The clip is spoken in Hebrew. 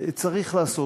צריך לעשות.